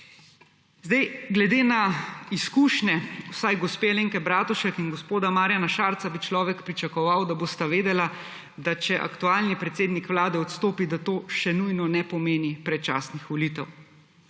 Zdaj, glede na izkušnje, vsaj gospe Alenke Bratušek in gospoda Marjana Šarca, bi človek pričakoval, da bosta vedela, da če aktualni predsednik vlade odstopi, da to še nujno ne pomeni predčasnih volitev.